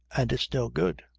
and it's no good!